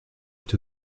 êtes